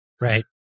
Right